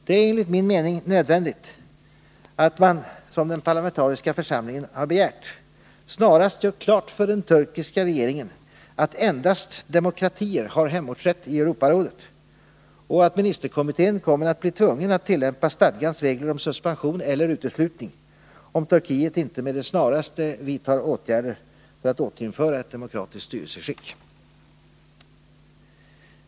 Det är enligt min mening nödvändigt att man, som den parlamentariska församlingen har begärt, snarast gör klart för den turkiska regeringen att endast demokratier har hemortsrätt i Europarådet och att ministerkommittén kommer att bli tvungen att tillämpa stadgans regler om suspension eller uteslutning, om Turkiet inte med det snaraste vidtar åtgärder som syftar till ett återinförande av ett demokratiskt styrelseskick.